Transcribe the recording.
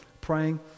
praying